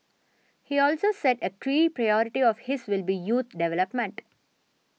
he also said a key priority of his will be youth development